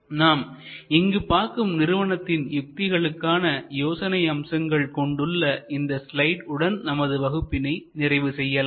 நாம் இங்கு பார்க்கும் நிறுவனத்தின் யுக்திகளுக்கான யோசனை அம்சங்கள் கொண்டுள்ள இந்த ஸ்லைட் உடன் நமது வகுப்பினை நிறைவு செய்யலாம்